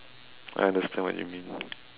I understand what you mean